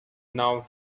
now